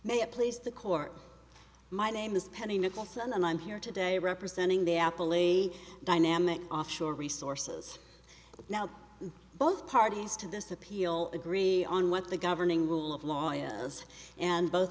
it please the court my name is penny nicholson and i'm here today representing the apple a dynamic offshore resources now both parties to this appeal agree on what the governing rule of law is and both